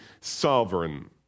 sovereign